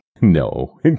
No